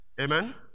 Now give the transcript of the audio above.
Amen